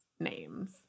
names